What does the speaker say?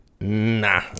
nah